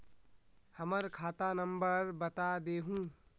हमर खाता नंबर बता देहु?